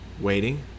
Waiting